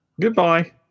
Goodbye